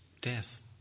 death